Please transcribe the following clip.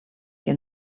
que